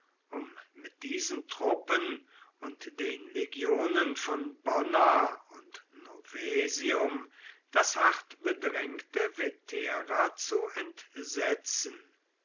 um mit diesen truppen und den legionen von bonna und novaesium das hart bedrängte vetera zu entsetzen